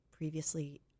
previously